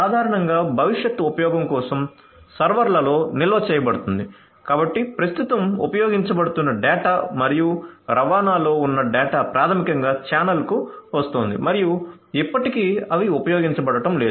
సాధారణంగా భవిష్యత్ ఉపయోగం కోసం సర్వర్లలో నిల్వ చేయబడుతుంది కాబట్టి ప్రస్తుతం ఉపయోగించబడుతున్న డేటా మరియు రవాణాలో ఉన్న డేటా ప్రాథమికంగా ఛానెల్కు వస్తోంది మరియు ఇప్పటికీ అవి ఉపయోగించబడటం లేదు